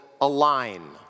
align